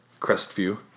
Crestview